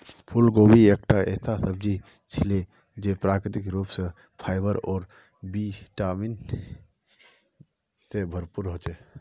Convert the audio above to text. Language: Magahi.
फूलगोभी एकता ऐसा सब्जी छिके जे प्राकृतिक रूप स फाइबर और बी विटामिन स भरपूर ह छेक